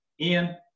Ian